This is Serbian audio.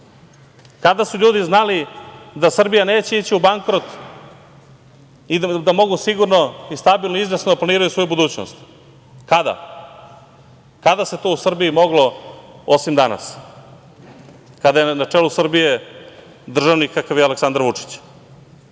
Kada su ljudi znali da Srbija neće ići u bankrot i da mogu sigurno, stabilno i izvesno da planiraju svoju budućnost, kada? Kada se to u Srbiji moglo osim danas? Kada je na čelu Srbije državnik kakav je Aleksandar Vučić.